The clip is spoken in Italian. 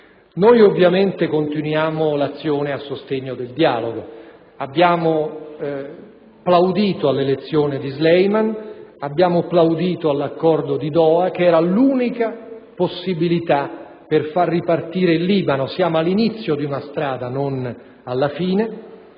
noi ovviamente continuiamo l'azione a sostegno del dialogo. Abbiamo plaudito all'elezione di Sleiman ed abbiamo plaudito all'accordo di Doha, che era l'unica possibilità per far ripartire il Libano. Siamo all'inizio di una strada, non alla fine,